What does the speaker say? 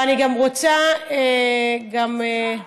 חברת הכנסת בן ארי,